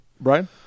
brian